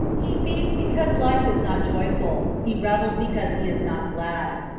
he feasts because life is not joyful he revels because he is not glad.